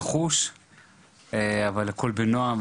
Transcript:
נחוש והכול בנועם,